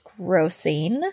grossing